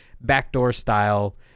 backdoor-style